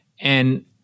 And-